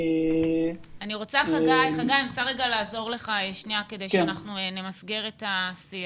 אני רוצה לעזור לך כדי שנמסגר את השיח.